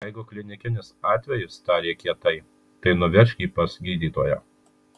jeigu klinikinis atvejis tarė kietai tai nuvežk jį pas gydytoją